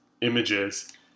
images